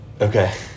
Okay